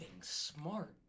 smart